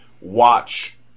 watch